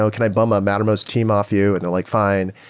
ah can i bump a mattermost team off you? and they're like, fine.